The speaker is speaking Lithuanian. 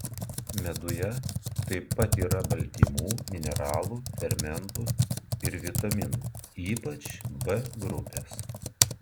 meduje taip pat yra baltymų mineralų fermentų ir vitaminų ypač b grupės